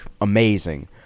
amazing